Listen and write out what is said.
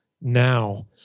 now